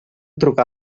trucar